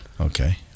Okay